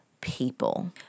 people